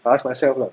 I ask myself lah